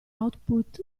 output